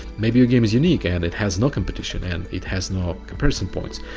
maybe your game is unique and it has no competition and it has no comparison points.